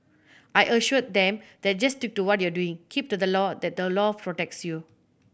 I assured them that just stick to what you are doing keep to the law the law protects you